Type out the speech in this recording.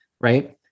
right